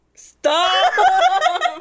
Stop